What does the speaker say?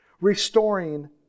restoring